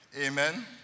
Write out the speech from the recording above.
Amen